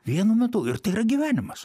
vienu metu ir tai yra gyvenimas